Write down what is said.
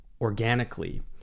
organically